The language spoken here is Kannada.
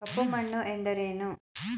ಕಪ್ಪು ಮಣ್ಣು ಎಂದರೇನು?